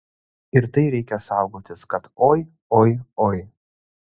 ir tai reikia saugotis kad oi oi oi